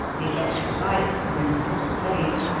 the electric lights were in full blaze,